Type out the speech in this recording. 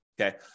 Okay